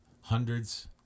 hundreds